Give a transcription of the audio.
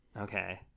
Okay